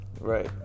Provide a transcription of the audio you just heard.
right